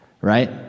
right